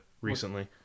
recently